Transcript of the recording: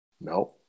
No